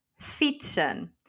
fietsen